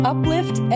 Uplift